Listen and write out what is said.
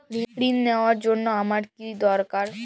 ঋণ নেওয়ার জন্য আমার কী দরকার?